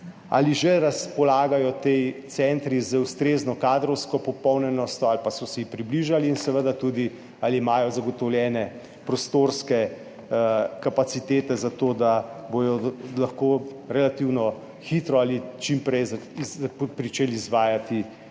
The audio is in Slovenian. ali že razpolagajo ti centri z ustrezno kadrovsko popolnjenostjo ali pa so se približali in seveda tudi, ali imajo zagotovljene prostorske kapacitete za to, da bodo lahko relativno hitro ali čim prej pričeli izvajati